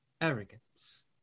arrogance